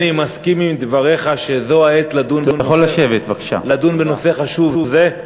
אני מסכים עם דבריך שזו העת לדון בנושא חשוב זה,